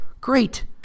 Great